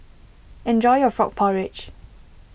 enjoy your Frog Porridge